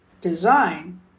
design